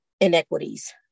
inequities